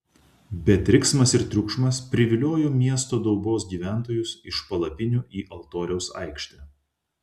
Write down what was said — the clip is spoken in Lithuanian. bet riksmas ir triukšmas priviliojo miesto daubos gyventojus iš palapinių į altoriaus aikštę